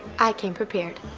i came prepared.